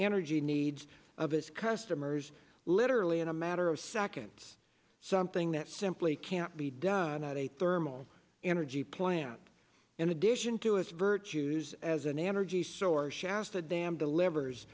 energy needs of his customers literally in a matter of seconds something that simply can't be done at a thermal energy plant in addition to its virtues as an energy source shasta dam delivers